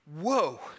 whoa